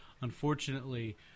Unfortunately